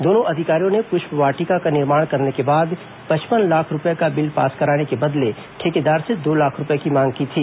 दोनों अधिकारियों ने पृष्प वाटिका का निर्माण करने के बाद पचपन लाख रूपये का बिल पास कराने के बदले ठेकेदार से दो लाख रूपये की मांग की थी